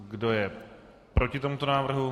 Kdo je proti tomuto návrhu?